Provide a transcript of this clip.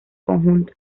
conjunto